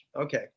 Okay